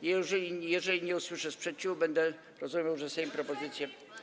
Jeżeli nie usłyszę sprzeciwu, będę rozumiał, że Sejm propozycję.